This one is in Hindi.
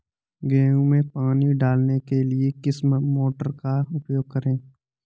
गेहूँ में पानी डालने के लिए किस मोटर का उपयोग करें?